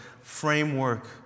framework